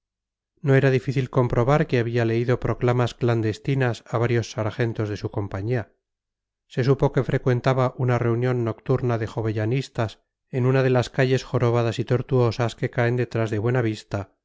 no era difícil comprobar que había leído proclamas clandestinas a varios sargentos de su compañía se supo que frecuentaba una reunión nocturna de jovellanistas en una de las calles jorobadas y tortuosas que caen detrás de